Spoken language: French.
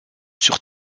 sur